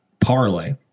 parlay